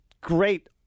great